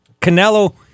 Canelo